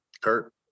kurt